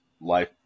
life